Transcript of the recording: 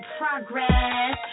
progress